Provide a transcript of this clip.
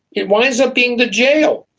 it winds up being the jail,